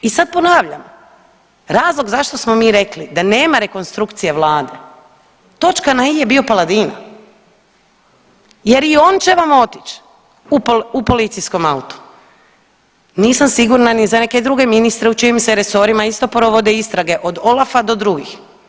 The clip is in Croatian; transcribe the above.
I sad ponavljam, razlog zašto smo mi rekli da nema rekonstrukcije Vlade, točka na i je bio Paladina jer i on će vam otići u policijskom autu, nisam sigurna ni za neke druge ministre u čijim se resorima isto provode istrage, od OLAF-a do drugih.